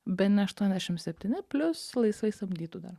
bene aštuoniasdešim septyni plius laisvai samdytų dar